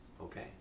okay